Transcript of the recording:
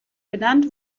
benannt